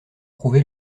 prouvé